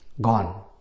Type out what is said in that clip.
gone